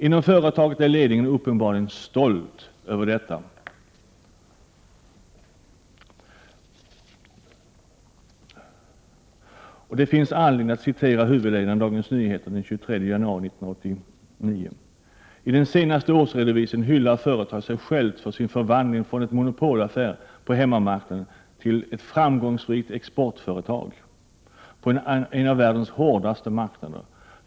Inom företaget är ledningen uppenbarligen stolt över detta, och det finns anledning att citera huvudledaren i Dagens Nyheter den 23 januari 1989: ”I den senaste årsredovisningen hyllar företaget sig självt för sin förvandling ”från en monopolaffär på hemmamarknaden till ett framgångsrikt exportföretag på en av världens hårdaste marknader”.